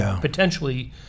potentially